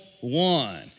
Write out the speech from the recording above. one